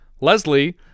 Leslie